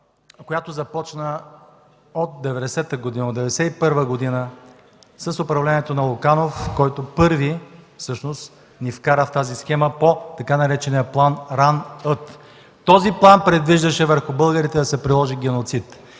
която започна от 1991 г. с управлението на Луканов, който всъщност първи ни вкара в тази схема по така наречения „План „Ран-Ът”. Този план предвиждаше върху българите да се приложи геноцид.